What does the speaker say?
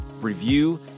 review